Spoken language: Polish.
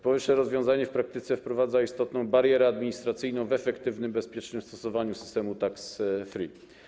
Powyższe rozwiązanie w praktyce wprowadza istotną barierę administracyjną w efektywnym, bezpiecznym stosowaniu systemu tax free.